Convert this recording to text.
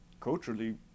culturally